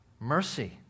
mercy